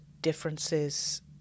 differences